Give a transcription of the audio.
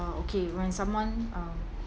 uh okay when someone uh